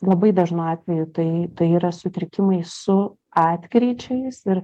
labai dažnu atveju tai tai yra sutrikimai su atkryčiais ir